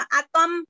atom